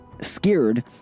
scared